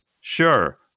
Sure